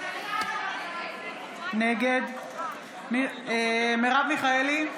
נגד מרב מיכאלי,